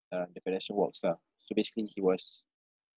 uh the pedestrian walks ah so basically he was